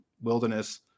wilderness